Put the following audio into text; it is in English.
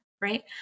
right